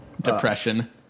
depression